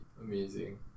amazing